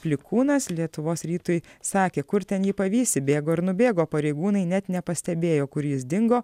klikūnas lietuvos rytui sakė kur ten jį pavysi bėgo ir nubėgo pareigūnai net nepastebėjo kur jis dingo